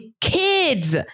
kids